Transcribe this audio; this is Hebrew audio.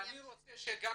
אני רוצה שתתייחסי,